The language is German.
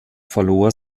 verlor